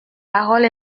parole